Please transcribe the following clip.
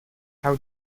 how